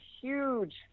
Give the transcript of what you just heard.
huge